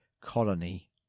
colony